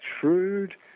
shrewd